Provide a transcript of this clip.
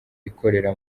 ikorera